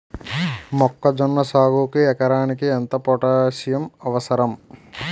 మొక్కజొన్న సాగుకు ఎకరానికి ఎంత పోటాస్సియం అవసరం?